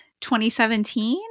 2017